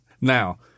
Now